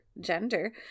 gender